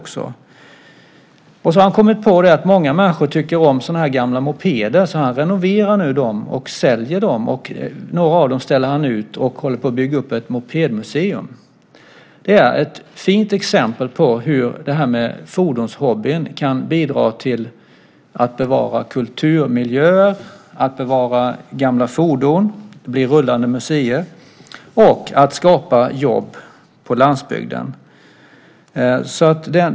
Han har kommit på att många människor tycker om sådana här gamla mopeder, så han renoverar dem och säljer dem. Några av dem ställer han ut, och han håller på att bygga upp ett mopedmuseum. Det är ett fint exempel på hur fordonshobbyn kan bidra till att bevara kulturmiljöer, att bevara gamla fordon, som blir rullande museer, och att skapa jobb på landsbygden.